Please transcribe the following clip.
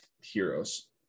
heroes